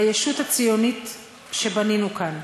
בישות הציונית שבנינו כאן.